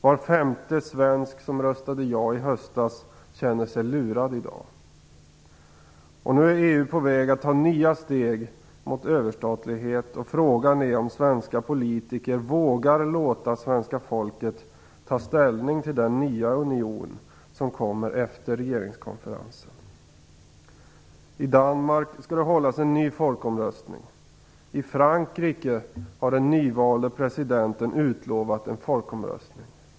Var femte svensk som röstade ja i höstas känner sig lurad i dag. Nu är EU på väg att ta nya steg mot överstatlighet, och frågan är om svenska politiker vågar låta svenska folket ta ställning till den nya union som kommer efter regeringskonferensen. I Danmark skall det hållas en ny folkomröstning. I Frankrike har den nyvalde presidenten utlovat en folkomröstning.